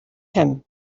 him